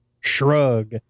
shrug